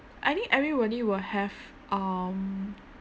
I think everybody will have um